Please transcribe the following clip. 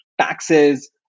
taxes